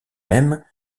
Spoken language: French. même